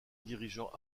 dirigeant